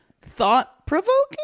thought-provoking